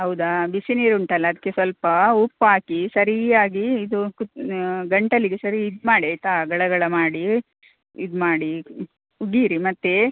ಹೌದಾ ಬಿಸಿನೀರು ಉಂಟಲ್ಲಾ ಅದಕ್ಕೆ ಸ್ವಲ್ಪ ಉಪ್ಪು ಹಾಕಿ ಸರೀ ಆಗಿ ಇದು ಕುದ್ ಗಂಟಲಿಗೆ ಸರಿ ಇದು ಮಾಡಿ ಆಯಿತಾ ಗಳ ಗಳ ಮಾಡಿ ಇದು ಮಾಡಿ ಕುಡಿಯಿರಿ ಮತ್ತೆ